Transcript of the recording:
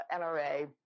NRA